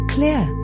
Clear